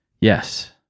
Yes